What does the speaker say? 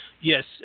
yes